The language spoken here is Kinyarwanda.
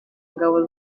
ingabo